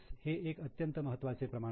हे एकअत्यंत महत्वाचे प्रमाण आहे